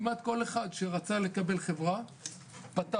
כמעט כל אחד שרצה לקבל חברה פתח.